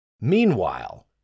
Meanwhile